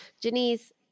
Janice